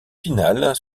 finale